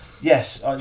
Yes